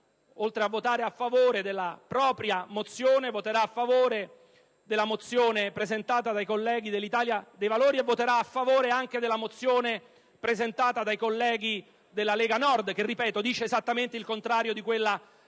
oltre a votare a favore della propria mozione, voterà a favore della mozione presentata dai colleghi dell'Italia dei Valori ed anche di quella presentata dai colleghi della Lega Nord che, ripeto, afferma esattamente il contrario di quella del